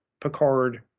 picard